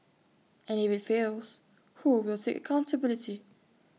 and if IT fails who will take accountability